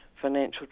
financial